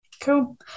Cool